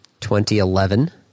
2011